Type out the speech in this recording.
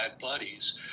buddies